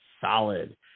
solid